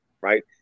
right